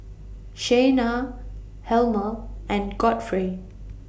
Shayna Helmer and Godfrey